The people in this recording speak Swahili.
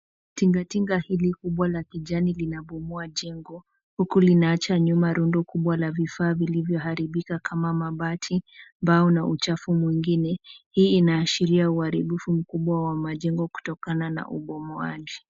Tinga tinga hili kubwa la kijani linabomoa jengo, huku linaacha nyuma rundo kubwa la vifaa vilivyoharibika kama mabati, mbao na uchafu mwingine. Hii inaashiria uharibifu mkubwa wa mjengo kutokana na ubomoaji.